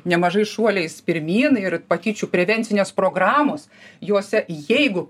nemažais šuoliais pirmyn ir patyčių prevencinės programos juose jeigu